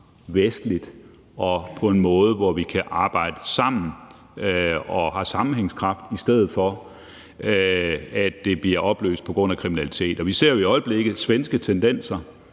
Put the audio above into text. vestligt og på en måde, hvor vi kan arbejde sammen og har sammenhængskraft, i stedet for at samfundet bliver opløst på grund af kriminalitet. Vi ser jo i øjeblikket svenske tendenser,